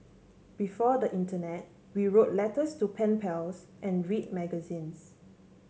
before the internet we wrote letters to pen pals and read magazines